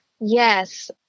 Yes